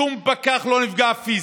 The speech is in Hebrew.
שום פקח לא נפגע פיזית.